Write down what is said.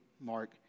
Mark